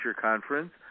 conference